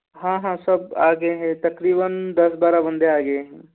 हाँ हाँ सब आ गए हैं तकरीबन दस बारह बंदे आ गए हैं